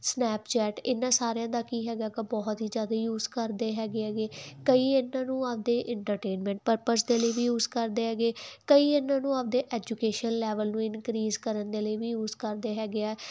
Snapchat ਇਨਾ ਸਾਰਿਆਂ ਦਾ ਕੀ ਹੈਗਾ ਬਹੁਤ ਹੀ ਜਿਆਦਾ ਯੂਜ ਕਰਦੇ ਹੈਗੇ ਹੈਗੇ ਕਈ ਇਹਨਾਂ ਨੂੰ ਆਪਦੇ ਇੰਟਰਟੇਨਮੈਂਟ ਪਰਪਸ ਦੇ ਲਈ ਵੀ ਯੂਜ ਕਰਦੇ ਹੈਗੇ ਕਈ ਇਹਨਾਂ ਨੂੰ ਆਪਦੇ ਐਜੂਕੇਸ਼ਨ ਲੈਵਲ ਨੂੰ ਇਨਕਰੀਜ ਕਰਨ ਦੇ ਲਈ ਵੀ ਯੂਜ ਕਰਦੇ ਹੈਗੇ ਆ